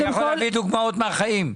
אני יכול להביא דוגמאות מהחיים.